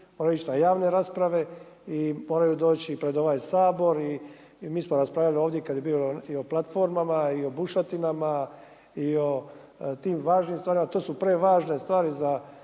moraju ići na javne rasprave i moraju doći pred ovaj Sabor i mi smo raspravljali ovdje kad je bilo i o platformama i o bušotinama i o tim važnim stvarima, to su prevažne stvari za